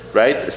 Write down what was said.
right